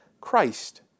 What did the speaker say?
Christ